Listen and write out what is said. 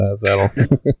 that'll